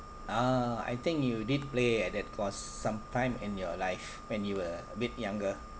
ah I think you did play at that course some time in your life when you were a bit younger